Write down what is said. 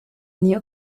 new